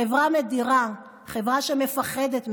חברה מדירה, חברה שמפחדת מהשונה,